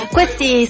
Questi